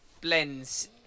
blends